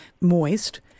moist